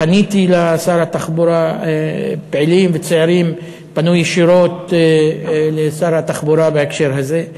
פניתי לשר התחבורה פעילים וצעירים פנו ישירות לשר התחבורה בהקשר הזה.